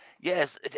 Yes